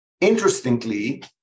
Interestingly